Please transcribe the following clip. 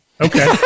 Okay